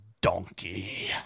donkey